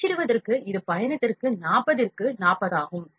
அச்சிடுவதற்கு இது பயணத்திற்கு 40 திற்கு 40 ஆகும்